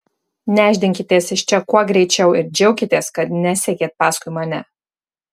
nešdinkitės iš čia kuo greičiau ir džiaukitės kad nesekėt paskui mane